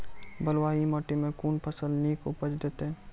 बलूआही माटि मे कून फसल नीक उपज देतै?